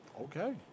Okay